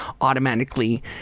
automatically